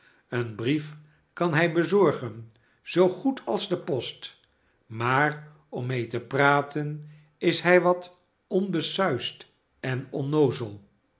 een brief kan hij bezorgen zoo goed als de post maar om mee te praten is hij wat onbesuisd en onnoozel